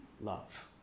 love